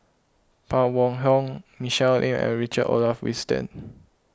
Phan Wait Hong Michelle Lim and Richard Olaf Winstedt